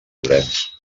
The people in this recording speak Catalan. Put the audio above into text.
llorenç